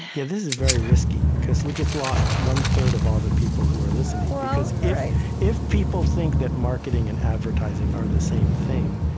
is very risky, because we just lost one-third of all the people who are listening. because if people think that marketing and advertising are the same thing,